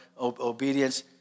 obedience